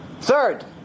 Third